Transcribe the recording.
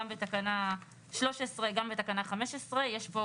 גם בתקנה 13 וגם בתקנה 15 יש פה